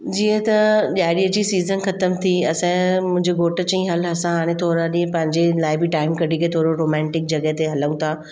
जीअं त ॾियारीअ जी सीज़न ख़तम थी असांजा मुंहिंजे घोठु चईं हलु असां हाणे थोरा ॾींहं पंहिंजे लाइ बि टाइम कढी करे थोरो रोमेंटिक जॻहि ते हलूं था